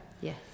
Yes